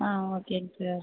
ஆ ஓகேங்க சார்